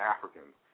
Africans